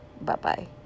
Bye-bye